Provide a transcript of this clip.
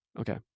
Okay